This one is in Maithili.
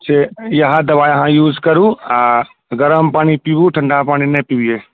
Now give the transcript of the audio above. से ई अहाँ दवा अहाँ यूज करू आ गरम पानी पिबू ठण्डा पानी नहि पिबियौ